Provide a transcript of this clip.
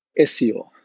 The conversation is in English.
SEO